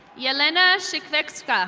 yeah elena shickvexkz.